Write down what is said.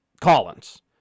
Collins